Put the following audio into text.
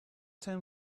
ten